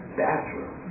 bathroom